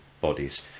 bodies